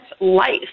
Life